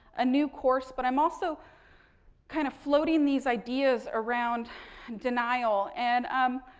a new course, but, i'm also kind of floating these ideas around denial. and, i'm